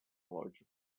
larger